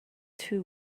too